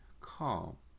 call